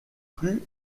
plus